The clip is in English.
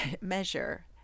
measure